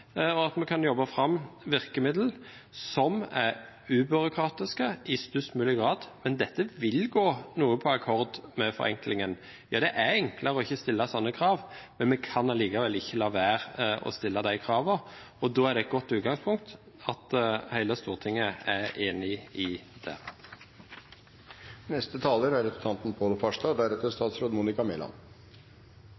og at vi kan jobbe fram virkemidler som er ubyråkratiske i størst mulig grad. Men dette vil gå noe på akkord med forenklingen. Ja, det er enklere ikke å stille sånne krav, men vi kan allikevel ikke la være å stille de kravene. Da er det et godt utgangspunkt at hele Stortinget er enig i det.